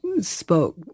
spoke